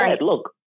look